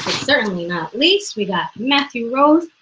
certainly not least, we got matthew rose,